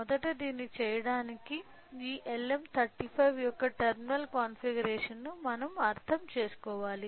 మొదట దీన్ని చేయడానికి ఈ LM35 యొక్క టెర్మినల్ కాన్ఫిగరేషన్ను మనం అర్థం చేసుకోవాలి